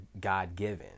God-given